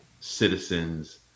citizens